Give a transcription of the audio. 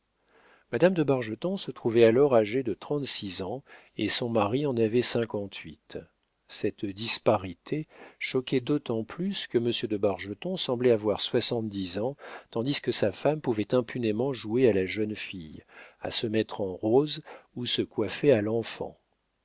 madame de bargeton se trouvait alors âgée de trente-six ans et son mari en avait cinquante-huit cette disparité choquait d'autant plus que monsieur de bargeton semblait avoir soixante-dix ans tandis que sa femme pouvait impunément jouer à la jeune fille se mettre en rose ou se coiffer à l'enfant